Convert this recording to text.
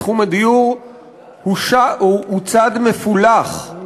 בתחום הדיור הוא צד מפולח,